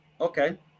Okay